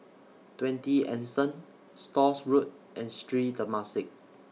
twenty Anson Stores Road and Street Temasek